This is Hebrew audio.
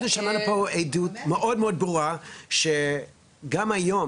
אנחנו שמענו עדות מאוד ברורה שגם היום